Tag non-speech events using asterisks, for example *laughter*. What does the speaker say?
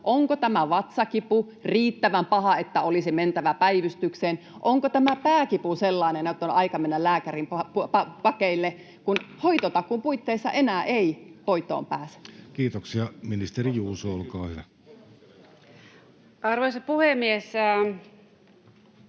onko tämä vatsakipu riittävän paha, että olisi mentävä päivystykseen, *noise* onko tämä pääkipu sellainen, että on aika mennä lääkärin pakeille, *noise* kun hoitotakuun puitteissa enää ei hoitoon pääse? Kiitoksia. — Ministeri Juuso, olkaa hyvä. Arvoisa puhemies!